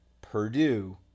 Purdue